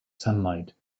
sunlight